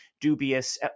dubious